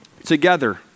together